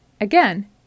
Again